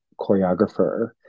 choreographer